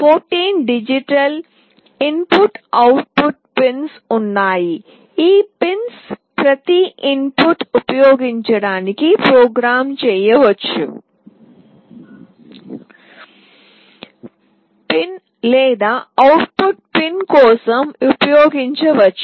14 digital input output pins ఉన్నాయి ఈ pins ప్రతి ఇన్పుట్గా ఉపయోగించడానికి ప్రోగ్రామ్ చేయవచ్చు పిన్ లేదా అవుట్పుట్ పిన్ కోసం ఉపయోగించవచ్చు